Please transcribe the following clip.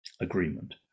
agreement